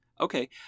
Okay